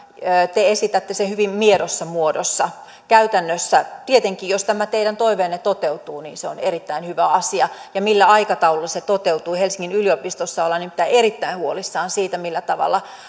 te esitätte sen hyvin miedossa muodossa käytännössä tietenkin jos tämä teidän toiveenne toteutuu se on erittäin hyvä asia ja millä aikataululla se toteutuu helsingin yliopistossa ollaan nimittäin erittäin huolissaan siitä millä tavalla